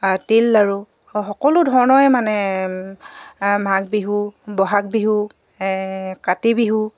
তিল লাড়ু সকলো ধৰণৰে মানে মাঘ বিহু বহাগ বিহু কাতি বিহু